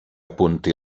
apunti